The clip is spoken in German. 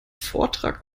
vortrag